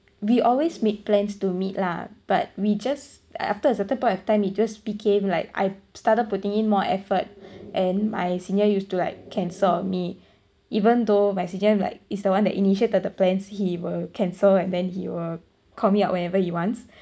we always made plans to meet lah but we just after a certain point of time he just became like I started putting in more effort and my senior used to like cancel on me even though my senior like is the one that initiated the plans he will cancel and then he will call me up whenever he wants